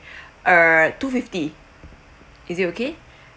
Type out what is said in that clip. err two fifty is it okay